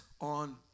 on